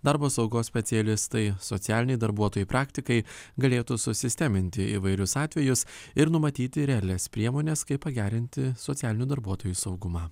darbo saugos specialistai socialiniai darbuotojai praktikai galėtų susisteminti įvairius atvejus ir numatyti realias priemones kaip pagerinti socialinių darbuotojų saugumą